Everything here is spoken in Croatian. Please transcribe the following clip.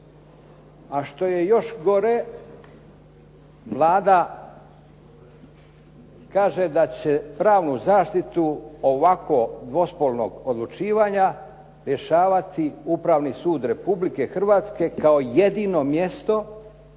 A što je još gore, Vlada kaže da će pravnu zaštitu ovakvo dvospolnog odlučivanja rješavati Upravni sud Republike Hrvatske kao jedino mjesto